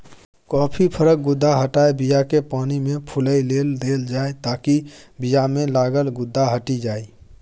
coffee फरक गुद्दा हटाए बीयाकेँ पानिमे फुलए लेल देल जाइ ताकि बीयामे लागल गुद्दा हटि जाइ